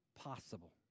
possible